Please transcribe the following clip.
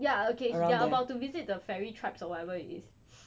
ya okay they are about to visit the ferry tribes or whatever it is